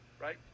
Right